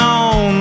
on